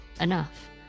enough